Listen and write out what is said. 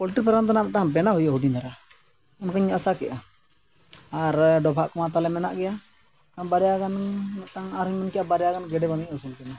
poultry farm ᱛᱟᱱᱟᱜ ᱢᱤᱫᱴᱟᱝ ᱵᱮᱱᱟᱣ ᱦᱩᱭᱩᱜᱼᱟ ᱦᱩᱰᱤᱧ ᱫᱷᱟᱨᱟ ᱚᱱᱠᱟᱧ ᱟᱥᱟ ᱠᱮᱜᱼᱟ ᱟᱨ ᱰᱚᱵᱷᱟᱜ ᱠᱚᱢᱟ ᱛᱟᱞᱮ ᱢᱮᱱᱟᱜ ᱜᱮᱭᱟ ᱵᱟᱨᱭᱟ ᱜᱟᱱ ᱢᱤᱫᱴᱟᱝ ᱟᱨᱦᱚᱸᱧ ᱢᱮᱱᱠᱮᱫᱟ ᱵᱟᱨᱭᱟ ᱜᱟᱱ ᱜᱮᱰᱮ ᱵᱟᱹᱱᱮᱧ ᱟᱹᱥᱩᱞ ᱠᱤᱱᱟᱹ